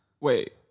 Wait